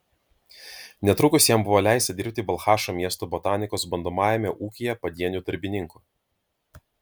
netrukus jam buvo leista dirbti balchašo miesto botanikos bandomajame ūkyje padieniu darbininku